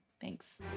Thanks